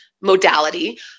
modality